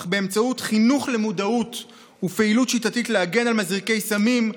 אך באמצעות חינוך למודעות ופעילות שיטתית להגן על מזרקי סמים,